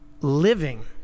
living